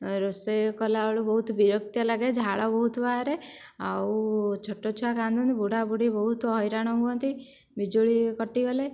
ରୋଷେଇ କଲାବେଳକୁ ବହୁତ ବିରକ୍ତିଆ ଲାଗେ ଝାଳ ବହୁତ ବାହାରେ ଆଉ ଛୋଟ ଛୁଆ କାନ୍ଦନ୍ତି ବୁଢ଼ାବୁଢ଼ୀ ବହୁତ ହଇରାଣ ହୁଅନ୍ତି ବିଜୁଳି କଟିଗଲେ